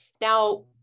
Now